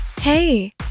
Hey